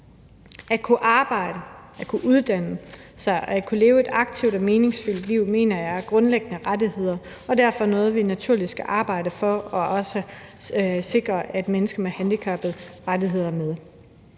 At kunne arbejde, at kunne uddanne sig, at kunne leve et aktivt og meningsfuldt liv mener jeg er grundlæggende rettigheder og derfor noget, vi naturligvis skal arbejde for, og vi skal også sikre at have mennesker med handicaps rettigheder med.